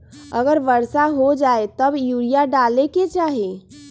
अगर वर्षा हो जाए तब यूरिया डाले के चाहि?